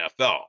NFL